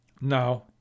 Now